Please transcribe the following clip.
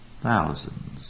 Thousands